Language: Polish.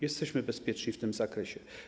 Jesteśmy bezpieczni w tym zakresie.